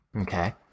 Okay